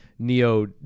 neo